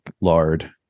lard